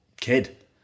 kid